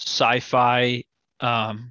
sci-fi